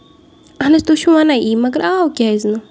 اَہن حظ تُہۍ چھِو وَنان یی مَگر آو کیازِ نہٕ